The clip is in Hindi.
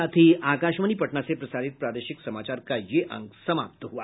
इसके साथ ही आकाशवाणी पटना से प्रसारित प्रादेशिक समाचार का ये अंक समाप्त हुआ